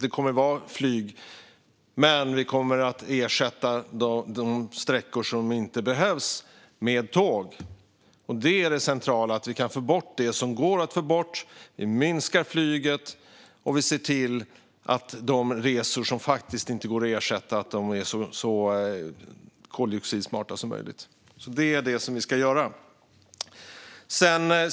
Det kommer att vara flyg, men på de sträckor det inte behövs kommer vi att ersätta flyget med tåg. Det är det centrala - att vi kan få bort det som går att få bort. Vi minskar flyget, och vi ser till att de flygresor som inte går att ersätta är så koldioxidsmarta som möjligt. Det är det vi ska göra.